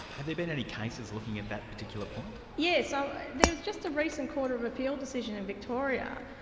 have there been any cases looking at that particular point? yes, so there was just a recent court of appeal decision in victoria,